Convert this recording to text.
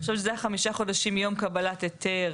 אני חושבת שזה היה חמישה חודשים מיום קבלת היתר